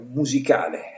musicale